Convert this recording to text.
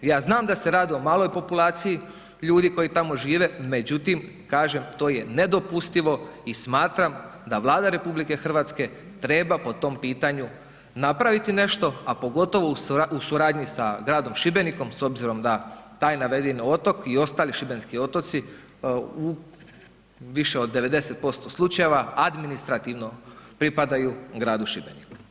Ja znam da se radi o maloj populaciji ljudi koji tamo žive, međutim, kažem to je nedopustivo i smatram da Vlada RH treba po tom pitanju napraviti nešto a pogotovo u suradnji sa gradom Šibenikom s obzirom da taj naveden otok i ostali šibenski otoci u više od 90% slučajeva administrativno pripadaju gradu Šibeniku.